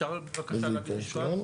אפשר בבקשה להגיד משפט?